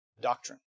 doctrine